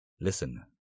Listen